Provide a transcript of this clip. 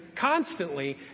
constantly